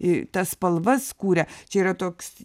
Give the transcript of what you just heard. i tas spalvas kuria čia yra toks